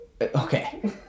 Okay